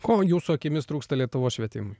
ko jūsų akimis trūksta lietuvos švietimui